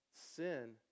sin